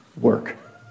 work